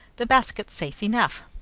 the basket's safe enough.